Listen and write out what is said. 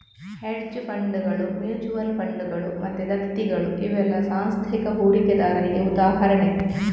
hedge ಫಂಡುಗಳು, mutual ಫಂಡುಗಳು ಮತ್ತೆ ದತ್ತಿಗಳು ಇವೆಲ್ಲ ಸಾಂಸ್ಥಿಕ ಹೂಡಿಕೆದಾರರಿಗೆ ಉದಾಹರಣೆ